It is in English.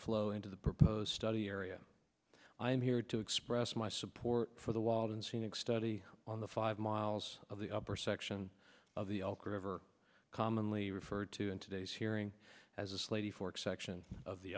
flow into the proposed study area i'm here to express my support for the walton scenic study on the five miles of the upper section of the elk river commonly referred to in today's hearing as a slave fork section of the